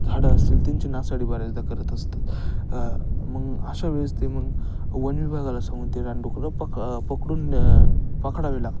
झाडं असतील त्यांची नासाडी बऱ्याचदा करत असतात मग अशा वेळेस ते मग वनविभागाला सांगून ते रानडुकरं पक पकडून न्या पकडावे लागतात